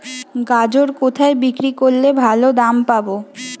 গাজর কোথায় বিক্রি করলে ভালো দাম পাব?